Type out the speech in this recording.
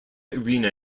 arena